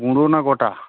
গুঁড়ো না গোটা